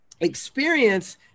experience